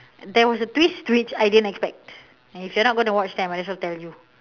there was a twist to it which I didn't expect if you're not going to watch then I might as well tell you